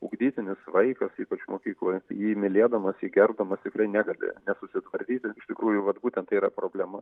ugdytinis vaikas ypač mokykloje jį mylėdamas jį gerbdama tikrai negali nesusitvardyti iš tikrųjų vat būtent tai yra problema